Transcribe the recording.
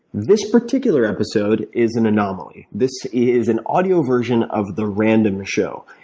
this particular episode is an anomaly. this is an audio version of the random show,